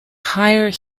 higher